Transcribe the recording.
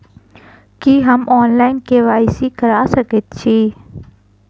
की हम online, KYC करा सकैत छी?